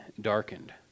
darkened